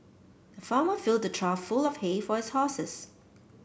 the farmer filled a trough full of hay for his horses